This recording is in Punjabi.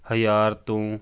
ਹਜ਼ਾਰ ਤੋਂ